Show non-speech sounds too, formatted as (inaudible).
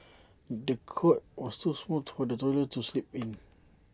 the cot was too small for the toddler to sleep in (noise)